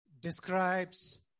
describes